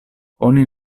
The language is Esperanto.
oni